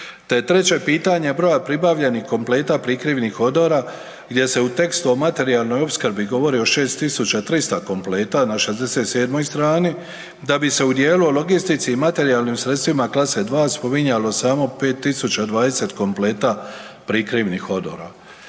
treće pitanje broja pribavljenih kompleta prikrivnih odora gdje se u tekstu o materijalnoj opskrbi govori o 6.300 kompleta na 67. strani da bi se u dijelu o logistici i materijalnim sredstvima klase 2 spominjalo samo 5.020 kompleta prikrivnih odora.